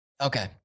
Okay